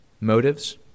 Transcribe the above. motives